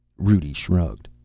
rudi shrugged.